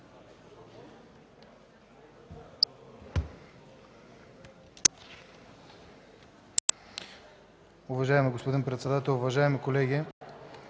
Уважаеми господин председател, уважаеми колеги!